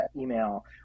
email